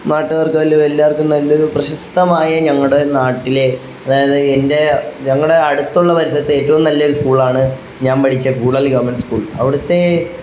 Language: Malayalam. നാട്ടുകാർക്ക് ആയാലും എല്ലാവർക്കും നല്ല ഒരു പ്രശസ്തമായ ഞങ്ങളുടെ നാട്ടിലെ അതായത് എൻ്റെ ഞങ്ങളുടെ അടുത്തുള്ള വശത്തെ ഏറ്റവും നല്ല ഒരു സ്കൂളാണ് ഞാൻ പഠിച്ച കൂടൽ ഗവൺമെൻ്റ് സ്കൂൾ അവിടുത്തെ